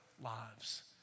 lives